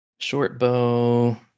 Shortbow